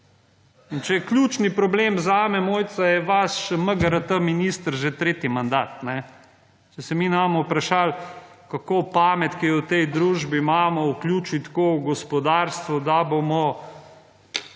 In če je ključni problem zame, Mojca, je vaš MGRT minister že tretji mandat, če se mi ne bomo vprašali kako pamet, ki jo v tej družbi imamo, vključi tako v gospodarstvo, da bomo